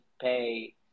pay